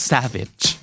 Savage